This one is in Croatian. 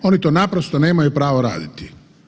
Oni to naprosto nemaju pravo raditi.